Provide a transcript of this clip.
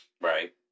Right